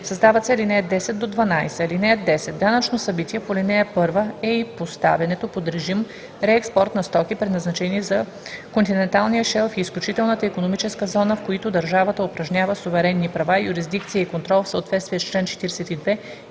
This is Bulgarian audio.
създават се ал. 10 – 12: „(10) Данъчно събитие по ал. 1 е и поставянето под режим реекспорт на стоки, предназначени за континенталния шелф и изключителната икономическа зона, в които държавата упражнява суверенни права, юрисдикция и контрол в съответствие с чл. 42 и/или